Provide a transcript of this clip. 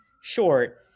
short